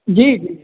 जी जी जी